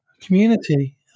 community